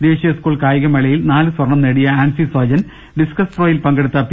ദേശീയ സ്കൂൾ കായികമേളയിൽ നാല് സ്വർണം നേടിയ ആൻസി സോജൻ ഡിസ്കസ്ത്രോയിൽ പങ്കെടുത്തു പി